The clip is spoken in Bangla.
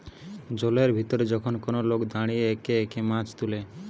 জলের ভিতরে যখন কোন লোক দাঁড়িয়ে একে একে মাছ তুলে